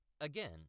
Again